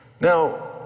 Now